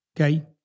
okay